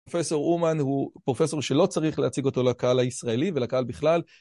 פרופסור אומן הוא פרופסור שלא צריך להציג אותו לקהל הישראלי ולקהל בכלל.